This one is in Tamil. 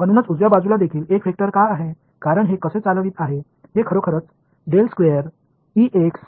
மாணவர் ஸ்கேலார் மாணவர் எனவே ஒரு வெக்டர் எவ்வாறு